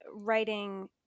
writing